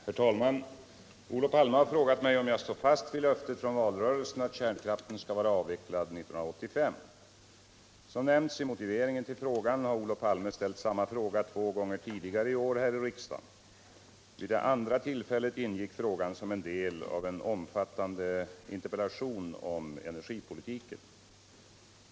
Herr talman! Olof Palme har frågat mig om jag står fast vid löftet från valrörelsen att kärnkraften skall vara avvecklad år 1985. Som nämnts i motiveringen till frågan har Olof Palme ställt samma fråga två gånger tidigare i år här i riksdagen. Vid det andra tillfället ingick frågan som en del av en omfattande interpellation om energipolitiken.